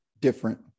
different